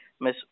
Miss